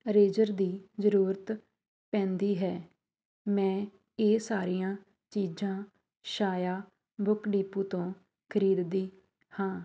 razor ਦੀ ਜ਼ਰੂਰਤ ਪੈਂਦੀ ਹੈ ਮੈਂ ਇਹ ਸਾਰੀਆਂ ਚੀਜ਼ਾਂ ਛਾਇਆ ਬੁੱਕ ਡੀਪੂ ਤੋਂ ਖਰੀਦਦੀ ਹਾਂ